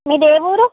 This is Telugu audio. మీది ఏ ఊరు